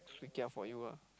suay kia for you lah